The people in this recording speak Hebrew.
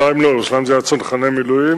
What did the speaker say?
בירושלים לא, בירושלים היו צנחני מילואים,